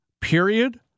period